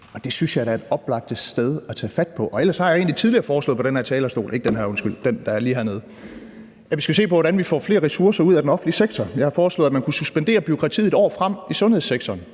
det synes jeg da er det oplagte sted at tage fat på. Ellers har jeg egentlig tidligere foreslået fra den her talerstol, ikke den her, undskyld, men den, der er lige hernede, at vi skulle se på, hvordan vi får flere ressourcer ud af den offentlige sektor. Jeg har foreslået, at man kunne suspendere bureaukratiet et år frem i sundhedssektoren